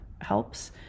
helps